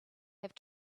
have